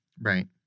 Right